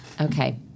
Okay